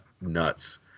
nuts